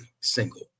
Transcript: single